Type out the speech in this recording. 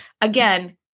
Again